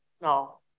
No